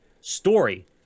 story